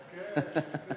חכה, חכה.